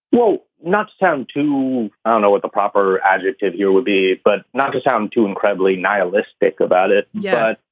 well, not sound to ah know what the proper adjective here would be, but not to sound too incredibly nihilistic about it. yeah,